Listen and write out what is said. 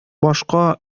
башка